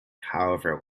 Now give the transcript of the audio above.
however